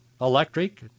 electric